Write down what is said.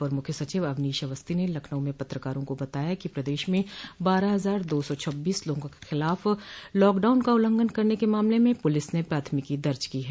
अपर मुख्य सचिव अवनोश अवस्थी ने लखनऊ में पत्रकारों को बताया कि प्रदेश में बारह हजार दो सौ छब्बीस लोगों के खिलाफ लॉकडाउन का उल्लंघन करने के मामले में पुलिस ने प्राथमिकी दर्ज की है